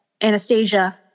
Anastasia